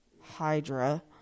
Hydra